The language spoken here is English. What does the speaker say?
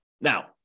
Now